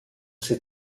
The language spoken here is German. sie